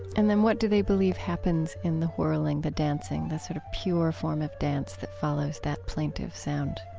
and then what do they believe happens in the whirling, the dancing, the sort of pure form of dance that follows that plaintive sound?